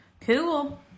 Cool